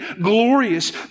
glorious